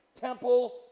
temple